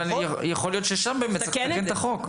אבל יכול להיות שצריך באמת לתקן את החוק שם.